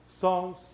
songs